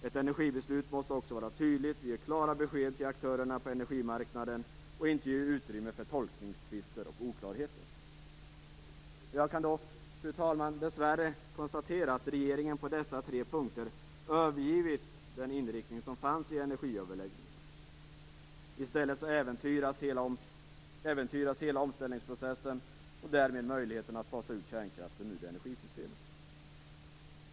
Ett energibeslut måste också vara tydligt och ge klara besked till aktörerna på energimarknaden och inte ge utrymme för tolkningstvister och oklarheter. Fru talman! Jag kan dessvärre konstatera att regeringen på dessa tre punkter övergivit den inriktning som fanns vid energiöverläggningarna. I stället äventyras hela omställningsprocessen och därmed möjligheten att fasa ut kärnkraften ur energisystemet.